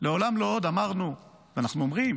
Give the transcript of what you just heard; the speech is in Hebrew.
"לעולם לא עוד" אמרנו ואנחנו אומרים